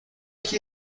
que